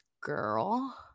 girl